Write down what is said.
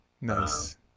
Nice